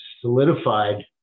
solidified